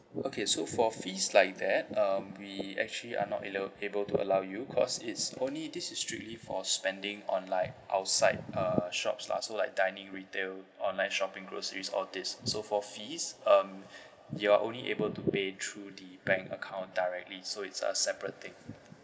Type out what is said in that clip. okay so for fees like that um we actually are not ale~ able to allow you cause it's only this is strictly for spending on like outside uh shops lah so like dining retail online shopping groceries all these so for fees um you are only able to pay through the bank account directly so it's a separate thing